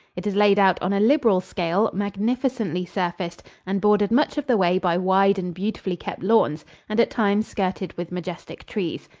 it is laid out on a liberal scale, magnificently surfaced and bordered much of the way by wide and beautifully kept lawns and at times skirted with majestic trees.